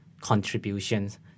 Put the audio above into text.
contributions